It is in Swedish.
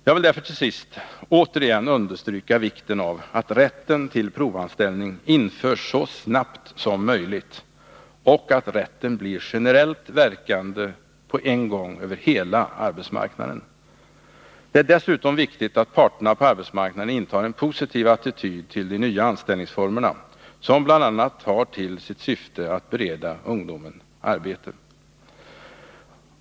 Jag vill därför till sist återigen understryka vikten av att rätten till provanställning införs så snart som möjligt och att den rätten blir generellt verkande på en gång över hela arbetsmarknaden. Det är dessutom viktigt att parterna på arbetsmarknaden intar en positiv attityd till de nya anställningsformerna, som bl.a. har till syfte att bereda ungdomen arbete.